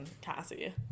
Cassie